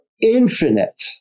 infinite